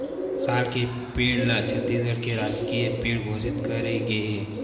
साल के पेड़ ल छत्तीसगढ़ के राजकीय पेड़ घोसित करे गे हे